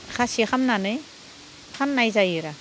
खासि खालामनानै फाननाय जायो आरो